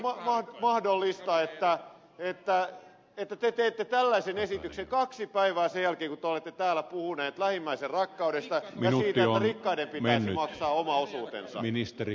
miten on mahdollista että te teette tällaisen esityksen kaksi päivää sen jälkeen kun te olette täällä puhunut lähimmäisenrakkaudesta ja siitä että rikkaiden pitäisi maksaa oma osuutensa